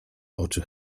oczy